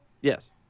Yes